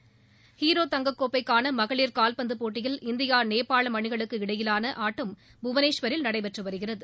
விளையாட்டுச் செய்தி ஹீரோ தங்கக் கோப்பைக்கான மகளிர் காவ்பந்து போட்டியில் இந்தியா நேபாளம் அணிகளுக்கு இடையிலான ஆட்டம் புவனேஸ்வரில் நடைபெற்று வருகிறது